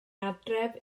adre